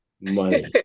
money